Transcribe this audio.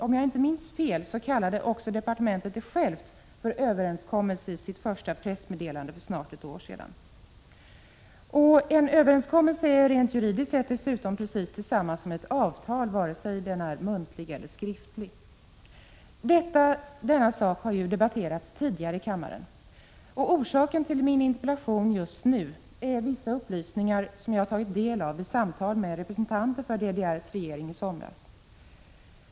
Om jag inte minns fel kallade också departementet självt detta för en överenskommelse i sitt första pressmeddelande för snart ett år sedan. Rent juridiskt är en överenskommelse precis detsamma som ett avtal, vare sig den är muntlig eller skriftlig. Denna sak har ju debatterats tidigare här i kammaren. Orsaken till min interpellation just nu är vissa upplysningar som jag har tagit del av vid samtal med representanter för DDR:s regering i somras.